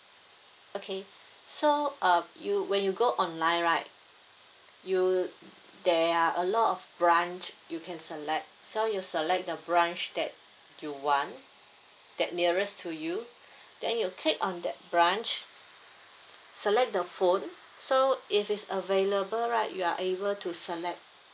okay so uh you when you go online right you there are a lot of branch you can select so you select the branch that you want that nearest to you then you click on that branch select the phone so if it's available right you are able to select